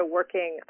working